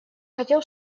хотел